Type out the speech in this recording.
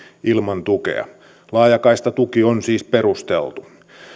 ilman tukea laajakaistatuki on siis perusteltu